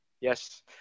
Yes